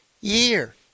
year